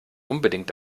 unbedingt